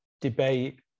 debate